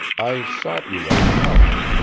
i sought you at the house.